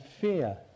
fear